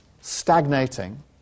stagnating